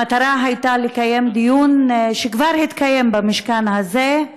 המטרה הייתה לקיים דיון שכבר התקיים במשכן הזה,